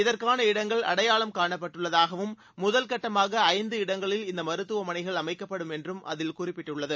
இதற்கான இடங்கள் அடையாளம் காணப்பட்டுள்ளதாகவும் முதல் கட்டமாக ஐந்து இடங்களில் இந்த மருத்துவமனைகள் அமைக்கப்படும் என்றும் அதில் குறிப்பிடப்பட்டுள்ளது